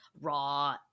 raw